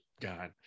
god